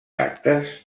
actes